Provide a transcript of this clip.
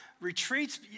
Retreats